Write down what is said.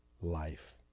life